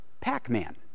Pac-Man